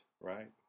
right